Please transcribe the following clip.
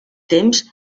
temps